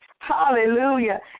Hallelujah